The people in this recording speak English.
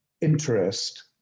interest